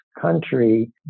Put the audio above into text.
country